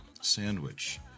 sandwich